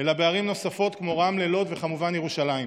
אלא בערים נוספות כמו רמלה, לוד וכמובן ירושלים.